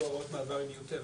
הוראת מעבר היא מיותרת.